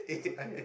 it's okay ah